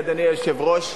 אדוני היושב-ראש,